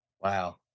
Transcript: Wow